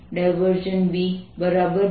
B0 છે અને આ 0